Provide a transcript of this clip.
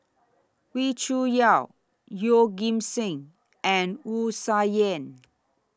Wee Cho Yaw Yeoh Ghim Seng and Wu Tsai Yen